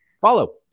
Follow